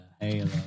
Halo